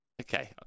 Okay